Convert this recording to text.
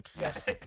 Yes